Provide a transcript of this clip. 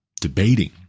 debating